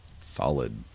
solid